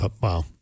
wow